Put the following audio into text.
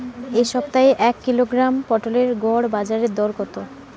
এ সপ্তাহের এক কিলোগ্রাম পটলের গড় বাজারে দর কত?